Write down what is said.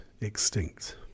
extinct